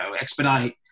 expedite